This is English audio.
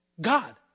God